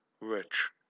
rich